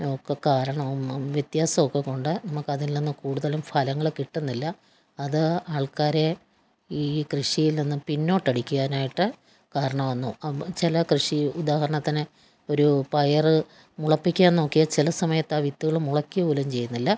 ഒക്കെ കാരണവും വ്യത്യാസമൊക്കെക്കൊണ്ട് നമ്മൾക്കതിൽനിന്ന് കൂടുതലും ഫലങ്ങൾ കിട്ടുന്നില്ല അത് ആൾക്കാരെ ഈ കൃഷിയിൽ നിന്ന് പിന്നോട്ടടിക്കാനായിട്ട് കാരണമാവുന്നു അപ്പോൾ ചില കൃഷി ഉദാഹരണത്തിന് ഒരു പയർ മുളപ്പിക്കാൻ നോക്കിയാൽ ചില സമയത്ത് ആ വിത്തുകൾ മുളക്കുക പോലും ചെയ്യുന്നില്ല